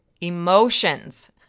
Emotions